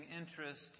interest